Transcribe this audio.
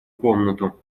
комнату